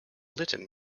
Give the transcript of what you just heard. litton